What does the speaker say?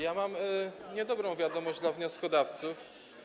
Ja mam niedobrą wiadomość dla wnioskodawców.